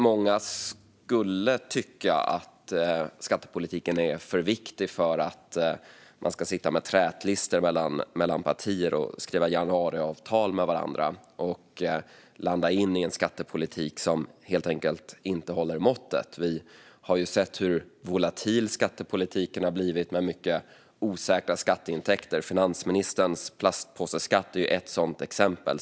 Många skulle tycka att skattepolitiken är för viktig för att sitta med träklister mellan partier, skriva januariavtal med varandra och landa i en skattepolitik som helt enkelt inte håller måttet. Vi har sett hur volatil skattepolitiken har blivit, med mycket osäkra skatteintäkter. Finansministerns plastpåseskatt är ett sådant exempel.